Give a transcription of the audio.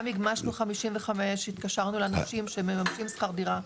גם הגמשנו 55, התקשרנו לאנשים שממשים שכר דירה,